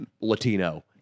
Latino